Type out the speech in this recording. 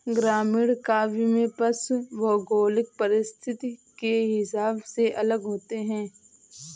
ग्रामीण काव्य में पशु भौगोलिक परिस्थिति के हिसाब से अलग होते हैं